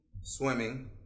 swimming